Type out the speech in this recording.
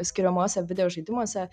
skiriamuose videožaidimuose